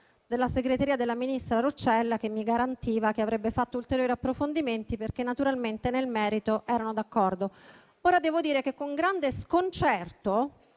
della segreteria della ministra Roccella che mi garantiva che avrebbe fatto ulteriori approfondimenti, perché naturalmente nel merito erano d'accordo. Devo dire che con grande sconcerto